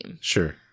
Sure